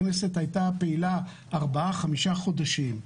הכנסת הייתה פעילה ארבעה-חמישה חודשים.